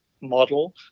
model